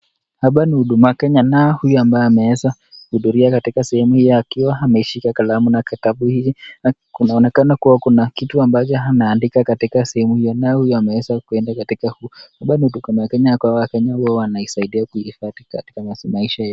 Hapa ni huduma Kenya na huyu ambaye amesimama akiwa ameshika kalamu na kitabu inaonekana kuwa kuna kitu ambacho anaandika katika sehemu hiyo na ameweza kuenda katika sehemu hiyo. Hapa ni huduma Kenya.